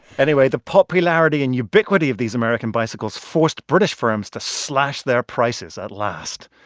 anyway, the popularity and ubiquity of these american bicycles forced british firms to slash their prices at last.